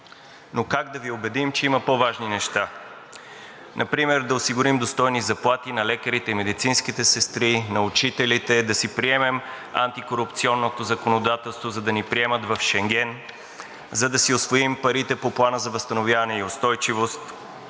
но как да Ви убедим, че има по-важни неща, например да осигурим достойни заплати на лекарите и медицинските сестри, на учителите, да си приемем антикорупционното законодателство, за да ни приемат в Шенген, за да си усвоим парите по Плана за възстановяване и устойчивост,